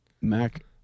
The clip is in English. Mac